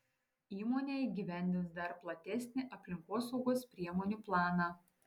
įmonė įgyvendins dar platesnį aplinkosaugos priemonių planą